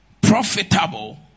profitable